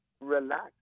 relax